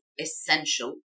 essential